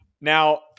Now